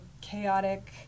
chaotic